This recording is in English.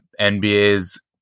NBA's